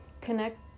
Connect